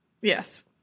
Yes